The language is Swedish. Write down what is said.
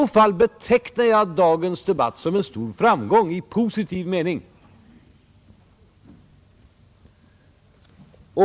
Då betecknar jag dagens debatt som en stor framgång i positiv mening.